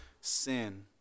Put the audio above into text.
sin